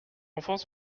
enfants